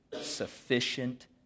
sufficient